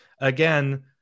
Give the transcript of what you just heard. Again